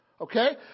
Okay